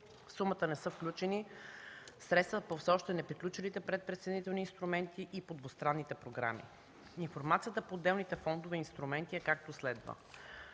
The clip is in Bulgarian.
сумата не са включени средствата по все още неприключилите предприсъединителни инструменти и по двустранните програми. Информацията по отделните фондове и инструменти е, както следва.